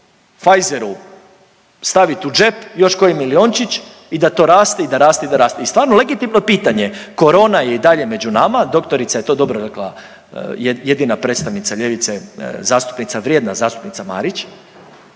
Pfizeru stavit u džep još koji miliončić i da to raste i da raste i da raste. I stvarno legitimno je pitanje, korona je i dalje među nama, doktorica je to dobro rekla jedina predstavnica ljevice zastupnica, vrijedna zastupnika Marić